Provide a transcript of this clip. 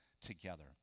together